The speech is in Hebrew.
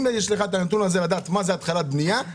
אם יש לך נתון שמראה התחלות בנייה,